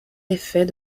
effet